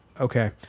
Okay